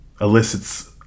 elicits